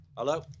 Hello